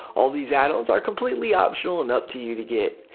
all of these addons are completely optional and up to you to get.